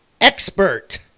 expert